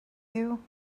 you